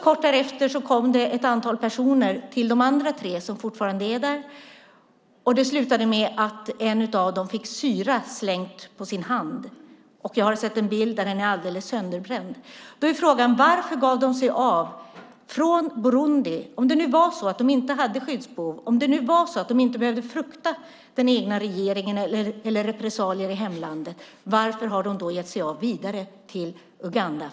Kort därefter kom också ett antal personer till de andra tre i gruppen. Det slutade med att en av dem fick syra slängd på sin hand. Jag har sett en bild där den är alldeles sönderbränd. Då är frågan: Varför gav de sig av från Burundi om det nu var så att de inte hade skyddsbehov och inte behövde frukta den egna regeringen eller repressalier i hamlandet? Varför har de gett sig av vidare till Uganda?